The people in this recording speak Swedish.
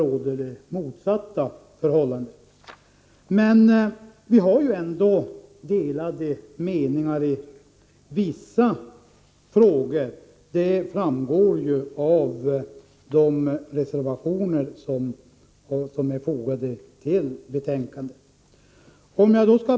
Jag vill dock framhålla att meningarna går isär i vissa frågor. Det framgår om man läser de reservationer som är fogade till betänkandet.